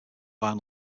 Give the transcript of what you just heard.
vinyl